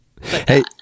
Hey